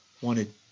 wanted